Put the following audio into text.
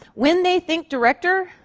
when they think director,